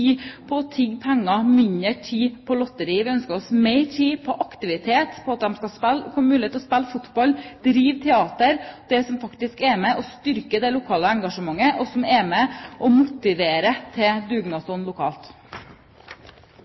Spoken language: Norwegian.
på å tigge penger, mindre tid på lotteri. Vi ønsker oss mer tid til aktivitet, at man skal få mulighet til å spille fotball, drive teater – det som faktisk er med og styrker det lokale engasjementet, og som er med og motiverer til dugnadsånd lokalt.